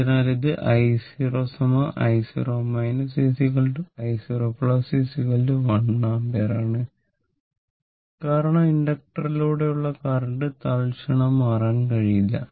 അതിനാൽ ഇത് i0 i0 i0 1 ampere ആണ് കാരണം ഇൻഡക്ടറിലൂടെയുള്ള കറന്റ് തൽക്ഷണം മാറാൻ കഴിയില്ല